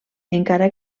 encara